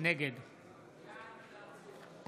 נגד ניר ברקת,